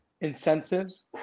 incentives